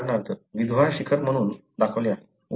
उदाहरणार्थ विधवा शिखर म्हणून दाखवले आहे